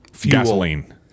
Gasoline